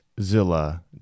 zilla